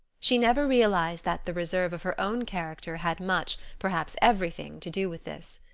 she never realized that the reserve of her own character had much, perhaps everything, to do with this.